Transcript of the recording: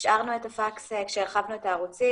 השארנו את הפקס עת הרחבנו את הערוצים